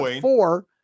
four